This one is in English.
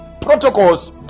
protocols